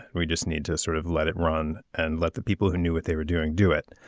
we just need to sort of let it run and let the people who knew what they were doing do it.